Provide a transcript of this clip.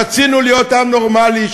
רצינו להיות עם נורמלי,